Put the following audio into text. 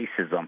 racism